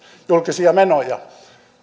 julkisia menoja